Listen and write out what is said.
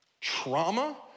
trauma